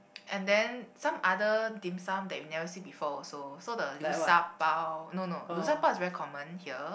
and then some other dim-sum that we never before also so the liu-sha-bao no no liu-sha-bao is very common here